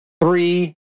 three